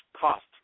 cost